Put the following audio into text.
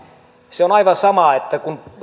se on aivan sama että